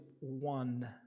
one